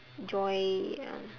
joy ah